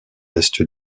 est